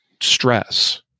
stress